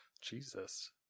Jesus